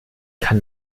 kann